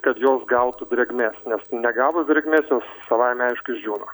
kad jos gautų drėgmės nes negavus drėgmės jos savaime aišku išdžiūna